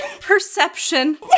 Perception